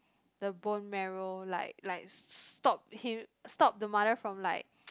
the bone marrow like like stop him stop the mother from like